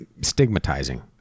stigmatizing